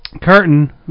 curtain